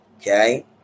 okay